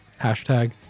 Hashtag